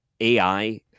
AI